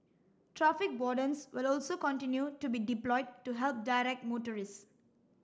traffic wardens will also continue to be deployed to help direct motorists